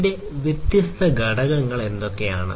അതിന്റെ വ്യത്യസ്ത ഘടകങ്ങൾ എന്തൊക്കെയാണ്